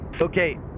Okay